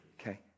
okay